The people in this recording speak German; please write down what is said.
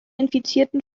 infizierten